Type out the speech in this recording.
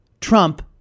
Trump